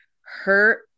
hurt